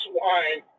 wine